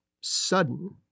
sudden